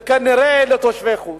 לתושבי חוץ.